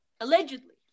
allegedly